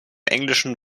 englischen